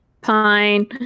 pine